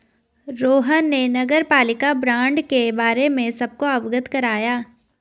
रोहन ने नगरपालिका बॉण्ड के बारे में सबको अवगत कराया